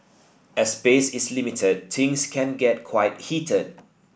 as space is limited things can get quite heated